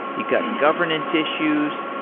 you've got governance issues.